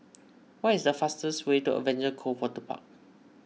what is the fastest way to Adventure Cove Waterpark